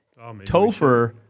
Topher